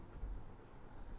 okay